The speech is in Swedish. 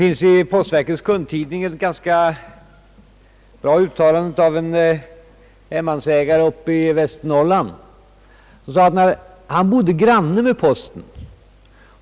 I postverkets kundtidning finns det ett ganska bra uttalande av en hemmans ägare uppe i Västernorrland. Han bodde granne med posten.